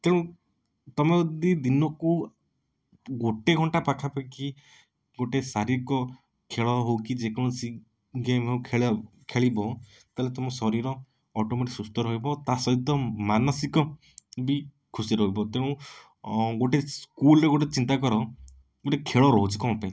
ତେଣୁ ତୁମେ ଯଦି ଦିନକୁ ଗୋଟେ ଘଣ୍ଟା ପାଖାପାଖି ଗୋଟେ ଶାରୀରିକ ଖେଳ ହଉ କି ଯେକୌଣସି ଗେମ୍ ହଉ ଖେଳ ଖେଳିବ ତାହେଲେ ତୁମ ଶରୀର ଅଟୋମେଟିକ୍ ସୁସ୍ଥ ରହିବ ତା ସହିତ ମାନସିକ ବି ଖୁସି ରହିବ ତେଣୁ ଗୋଟେ ସ୍କୁଲ ରେ ଗୋଟେ ଚିନ୍ତା କର ଗୋଟେ ଖେଳ ହେଉଛି କ'ଣ ପାଇଁ